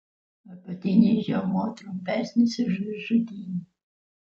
apatinis žiomuo trumpesnis už viršutinį